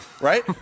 Right